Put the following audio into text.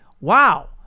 wow